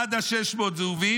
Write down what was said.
עד 600 זהובים